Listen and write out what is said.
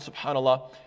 subhanAllah